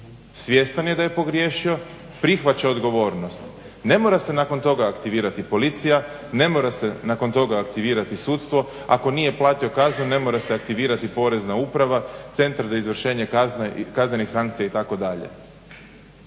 Svjestan je da je pogriješio, prihvaća odgovornost. Ne mora se nakon toga aktivirati Policija, ne mora se nakon toga aktivirati sudstvo, ako nije platio kaznu ne mora se aktivirati Porezna uprava, Centar za izvršenje kaznenih sankcija itd.